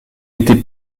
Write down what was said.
était